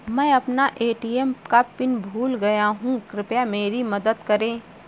मैं अपना ए.टी.एम का पिन भूल गया हूं, कृपया मेरी मदद करें